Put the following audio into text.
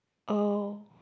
oh